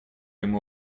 ему